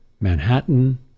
Manhattan